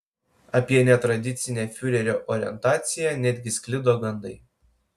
apie netradicinę fiurerio orientaciją netgi sklido gandai